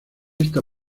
esta